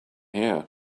here